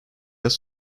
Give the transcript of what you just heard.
yaz